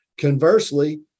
Conversely